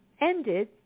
ended